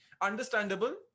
Understandable